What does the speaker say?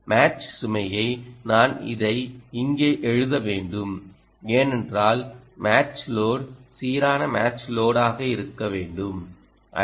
match சுமையை நான் இதை இங்கே எழுத வேண்டும் ஏனென்றால் மேட்ச் லோட் சீரான மேட்ச் லோடாக இருக்க வேண்டும் 5